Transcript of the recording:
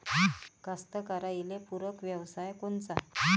कास्तकाराइले पूरक व्यवसाय कोनचा?